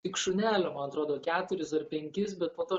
tik šunelio man atrodo keturis ar penkis bet po to